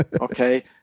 Okay